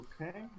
Okay